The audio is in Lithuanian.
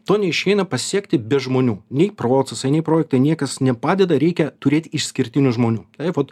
to neišeina pasiekti be žmonių nei procesai nei projektai niekas nepadeda reikia turėt išskirtinių žmonių taip vot